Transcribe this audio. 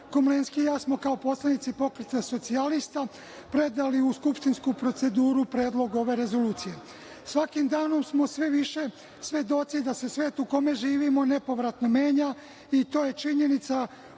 Komlenski i ja smo, kao poslanici Pokreta socijalista, predali u skupštinsku proceduru Predlog rezolucije. Svakim danom smo sve više svedoci da se svet u kome živimo nepovratno menja i to je činjenica